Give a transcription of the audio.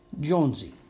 Jonesy